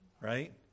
right